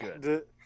Good